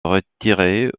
retirer